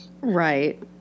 Right